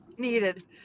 Needed